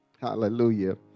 hallelujah